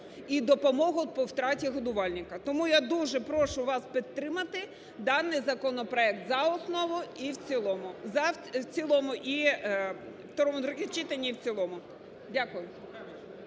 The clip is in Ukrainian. і допомогу по втраті годувальника. Тому я дуже прошу вас підтримати даний законопроект за основу і в цілому, в